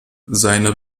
seine